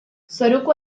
zoruko